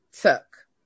took